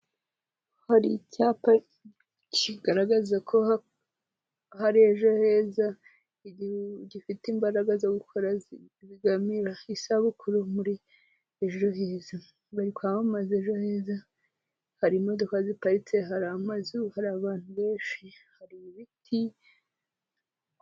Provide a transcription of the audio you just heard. Hari icyapa kigaragaza ko aha ejo heza gifite imbaraga zo gukora bigamije isabukuru muri ejo heza, ngo bakaba bamaze ejo heza harimo ziparitse hari amazi hari abantu benshi hari ibiti.